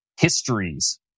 histories